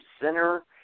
center